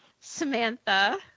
Samantha